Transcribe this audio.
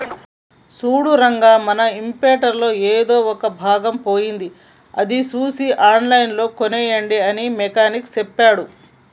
సూడు రంగా మన ఇంప్రింటర్ లో ఎదో ఒక భాగం పోయింది అది సూసి ఆన్లైన్ లో కోనేయండి అని మెకానిక్ సెప్పాడు